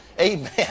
Amen